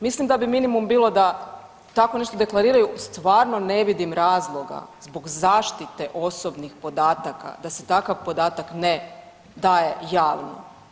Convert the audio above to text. Mislim da bi minimum bilo da tako nešto deklariraju, stvarno ne vidim razloga zbog zaštite osobnih podataka da se takav podatak ne daje javno.